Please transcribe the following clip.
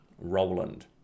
Roland